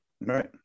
Right